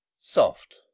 soft